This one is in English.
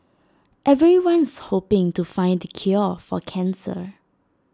everyone's hoping to find the cure for cancer